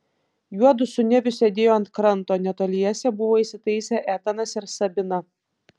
juodu su neviu sėdėjo ant kranto netoliese buvo įsitaisę etanas ir sabina